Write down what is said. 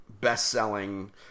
best-selling